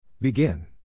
Begin